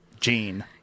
gene